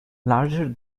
larger